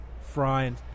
frying